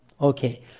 Okay